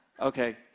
Okay